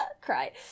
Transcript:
Cry